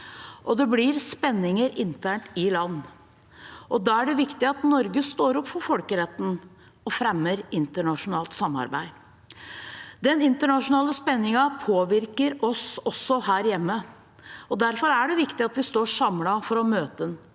det blir spenninger internt i land. Da er det viktig at Norge står opp for folkeretten og fremmer internasjonalt samarbeid. Den internasjonale spenningen påvirker også oss her hjemme, og derfor er det viktig at vi står samlet for å møte den.